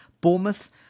Bournemouth